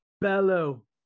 bellow